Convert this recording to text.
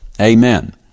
Amen